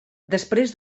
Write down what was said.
després